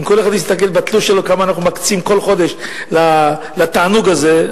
אם כל אחד יסתכל בתלוש שלו כמה אנחנו מקצים כל חודש לתענוג הזה,